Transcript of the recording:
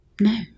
No